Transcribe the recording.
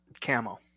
camo